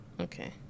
Okay